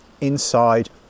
inside